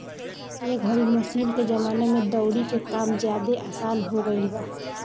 एह घरी मशीन के जमाना में दउरी के काम ज्यादे आसन हो गईल बा